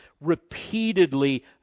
repeatedly